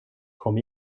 kom